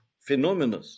phenomena